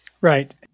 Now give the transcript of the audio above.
Right